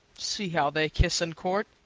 see, how they kiss and court!